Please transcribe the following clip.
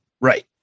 Right